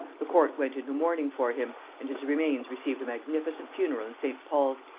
the court went into mourning for him, and his remains received a magnificent funeral in st. paul's,